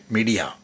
Media